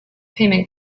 payment